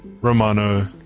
Romano